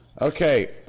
Okay